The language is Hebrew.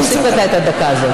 אני אוסיף לך את הדקה הזאת.